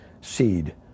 seed